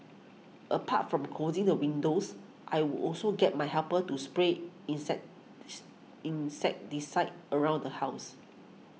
apart from closing the windows I would also get my helper to spray inset insecticide around the house